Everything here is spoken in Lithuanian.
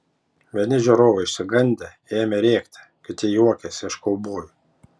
vieni žiūrovai išsigandę ėmė rėkti kiti juokėsi iš kaubojų